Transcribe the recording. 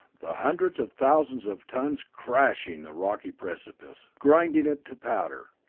the hundreds of thousands of tons crushing the rocky precipice, grinding it to powder,